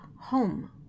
home